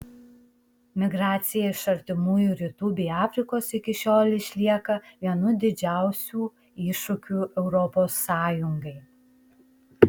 migracija iš artimųjų rytų bei afrikos iki šiol išlieka vienu didžiausių iššūkių europos sąjungai